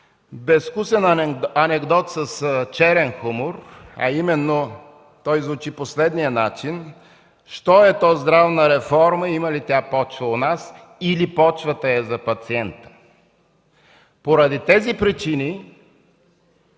безвкусен анекдот с черен хумор. Той звучи по следния начин: „Що е то здравна реформа и има ли тя почва у нас, или почвата е за пациента?”. Поради тези причини